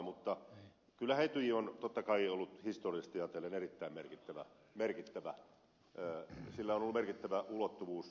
mutta kyllähän etyj on totta kai ollut historiallisesti ajatellen erittäin merkittävä sillä on ollut merkittävä ulottuvuus